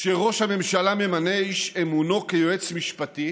כשראש הממשלה ממנה את איש אמונו כיועץ משפטי